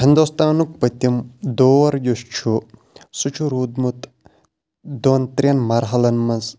ہِندوستانُک پٔتِم دور یُس چھُ سُہ چھُ روٗدمُت دۄن ترٛیٚن مَرحلَن منٛز